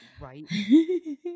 Right